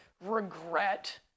regret